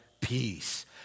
peace